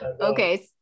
Okay